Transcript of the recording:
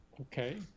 Okay